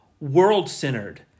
world-centered